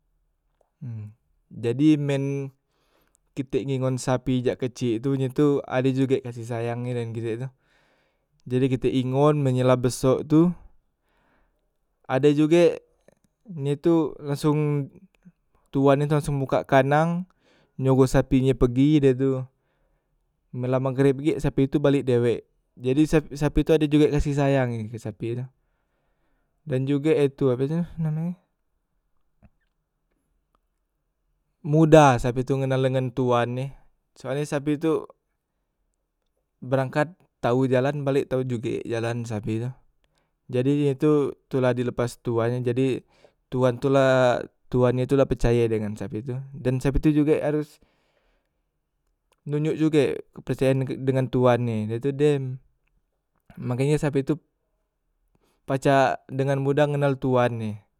jadi men kite ngingon sapi jak kecik tu nye tu ade juge kasih sayang e dengan kite tu, jadi kite ingon men ye la besok tu, ade juge nye tu langsung, tuan e tu langsung buka kandang nyoroh sapinyo pegi de tu, men la maghrib gek sapi tu balek dewek, jadi sap sapi tu ade juge kasih sayang e ke sapi tu, dan juge he tu ape die namenye mudah sapi tu ngenal dengan tuan ne soalnye sapi tu, berangkat tau jalan balek tau juge jalan sapi tu, jadi he tu tu la di lepas tuan e jadi tuan tu la, tuan nye tu la percaye dengan sapi tu, dan sapi tu juge haros nonjok juge kepercayaan dengan tuan e dah tu dem makenye sapi tu pacak dengan mudah ngenal tuan nye.